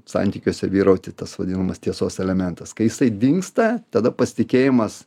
santykiuose vyrauti tas vadinamas tiesos elementas kai jisai dingsta tada pasitikėjimas